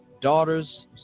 daughters